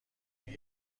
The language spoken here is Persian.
این